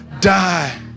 Die